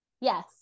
yes